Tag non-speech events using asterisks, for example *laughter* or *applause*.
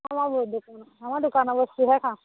আমাৰ *unintelligible* আমাৰ দোকানৰ বস্তুহে খাওঁ